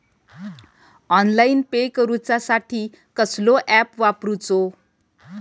Online pay करूचा साठी कसलो ऍप वापरूचो?